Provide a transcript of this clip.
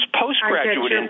postgraduate